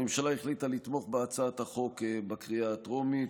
הממשלה החליטה לתמוך בהצעת החוק בקריאה הטרומית,